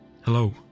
Hello